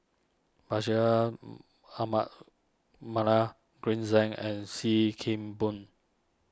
Bashir Ahmad Mallal Green Zeng and Sim Kee Boon